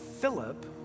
Philip